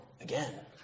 again